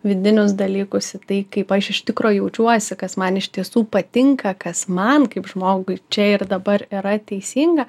vidinius dalykus į tai kaip aš iš tikro jaučiuosi kas man iš tiesų patinka kas man kaip žmogui čia ir dabar yra teisinga